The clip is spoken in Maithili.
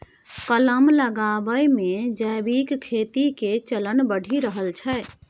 कलम लगाबै मे जैविक खेती के चलन बढ़ि रहल छै